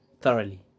thoroughly